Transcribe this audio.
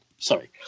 Sorry